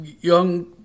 young